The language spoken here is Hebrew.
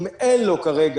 אם אין לו כרגע,